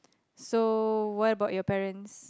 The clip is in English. so what about your parents